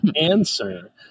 answer